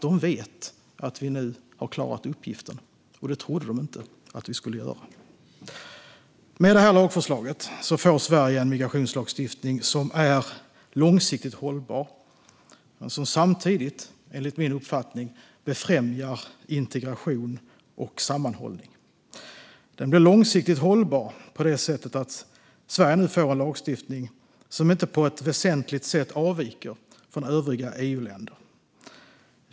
De vet att vi nu har klarat uppgiften, och det trodde de inte att vi skulle göra. Med det här lagförslaget får Sverige en migrationslagstiftning som är långsiktigt hållbar och som samtidigt, enligt min uppfattning, befrämjar integration och sammanhållning. Den blir långsiktigt hållbar på det sättet att Sverige nu får en lagstiftning som inte på ett väsentligt sätt avviker från övriga EU-länders.